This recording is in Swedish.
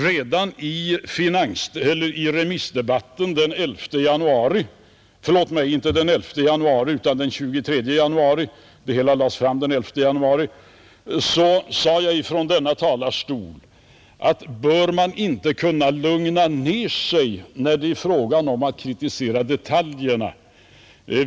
Redan under remissdebatten den 23 januari sade jag emellertid från denna talarstol: Bör man inte kunna lugna ner sig när det är fråga om att kritisera detaljerna?